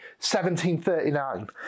1739